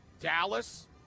Dallas